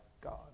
God